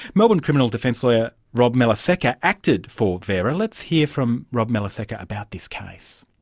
melbourne criminal defence lawyer rob malasecca acted for vera. let's hear from rob malasecca about this case.